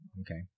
okay